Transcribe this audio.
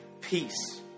peace